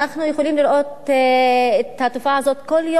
אנחנו יכולים לראות את התופעה הזאת בכל יום